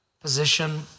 position